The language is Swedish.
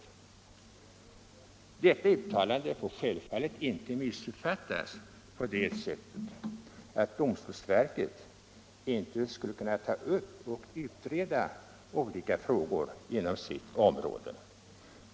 Detta uttalande får självfallet inte missuppfattas på det sättet att domstolsverket inte skulle kunna ta upp och utreda olika frågor inom sitt område.